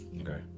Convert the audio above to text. Okay